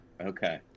Okay